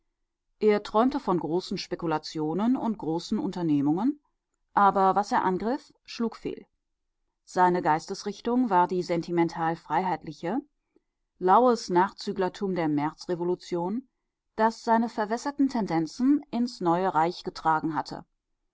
er träumte von großen spekulationen und großen unternehmungen aber was er angriff schlug fehl seine geistesrichtung war die sentimental freiheitliche laues nachzüglertum der märzrevolution das seine verwässerten tendenzen ins neue reich getragen hatte